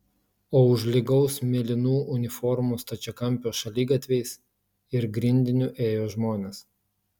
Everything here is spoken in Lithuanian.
o už lygaus mėlynų uniformų stačiakampio šaligatviais ir grindiniu ėjo žmonės